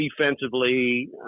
defensively